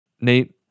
nate